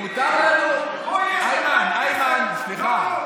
מותר לנו, פה יש חברי כנסת, איימן, איימן, סליחה.